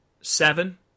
seven